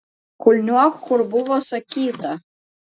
kulniuok kur buvo sakyta